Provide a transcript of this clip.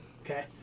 Okay